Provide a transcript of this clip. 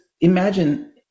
imagine